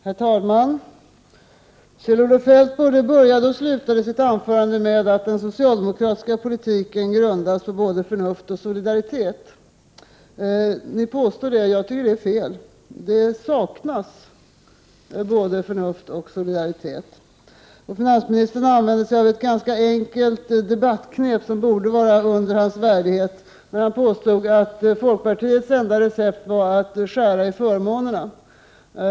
Herr talman! Kjell-Olof Feldt både började och slutade sitt anförande med att säga att den socialdemokratiska politiken grundas på förnuft och solidaritet. Det tycker jag är fel. Tvärtom saknas det både förnuft och solidaritet i er politik. Finansministern använder sig av ett ganska enkelt debattknep, som borde vara under hans värdighet, när han påstår att folkpartiets enda recept var att skära i förmånerna.